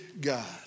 God